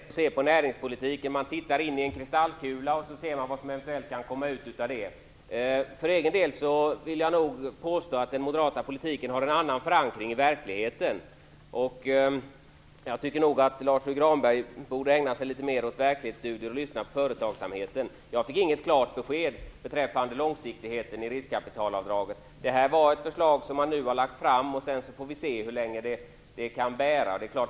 Fru talman! Det är betecknande för Socialdemokraternas sätt att se på näringspolitiken att man tittar in i en kristallkula och ser vad som eventuellt kan komma ut av det. För egen del vill jag nog påstå att den moderata politiken han en annan förankring i verkligheten. Jag tycker nog att Lars U Granberg borde ägna sig litet mer åt verklighetsstudier och lyssna på företagsamheten. Jag fick inte något klart besked beträffande långsiktigheten i riskkapitalavdraget. Man har nu lagt fram ett förslag, och sedan får vi se hur länge det kan bära.